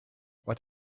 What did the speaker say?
what